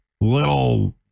little